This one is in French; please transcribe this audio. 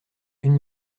une